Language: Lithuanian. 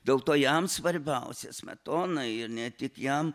dėl to jam svarbiausia smetonai ir ne tik jam